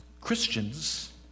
Christians